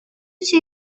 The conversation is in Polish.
cię